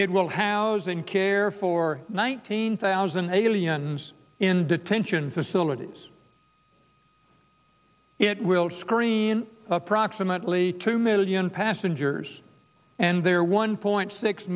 will house and care for nineteen thousand a million in detention facilities it will screen approximately two million passengers and their one point six